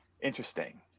interesting